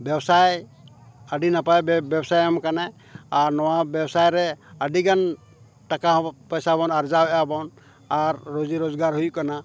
ᱵᱮᱵᱽᱥᱟᱭ ᱟᱹᱰᱤ ᱱᱟᱯᱟᱭ ᱵᱮᱵᱽᱥᱟᱭ ᱮᱢ ᱠᱟᱱᱟᱭ ᱟᱨ ᱱᱚᱣᱟ ᱵᱮᱵᱽᱥᱟ ᱨᱮ ᱟᱹᱰᱤ ᱜᱟᱱ ᱴᱟᱠᱟ ᱯᱚᱭᱥᱟ ᱵᱚᱱ ᱟᱨᱡᱟᱣ ᱮᱫᱟ ᱵᱚᱱ ᱟᱨ ᱨᱩᱡᱤ ᱨᱳᱡᱽᱜᱟᱨ ᱦᱩᱭᱩᱜ ᱠᱟᱱᱟ